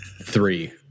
Three